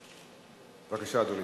בבקשה, אדוני.